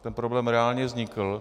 Tento problém reálně vznikl.